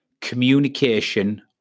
communication